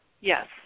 Yes